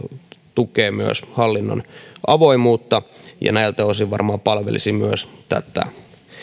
tukee myös hallinnon avoimuutta ja näiltä osin varmaan palvelisi myös tätä